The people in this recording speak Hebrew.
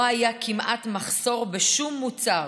לא היה כמעט מחסור בשום מוצר.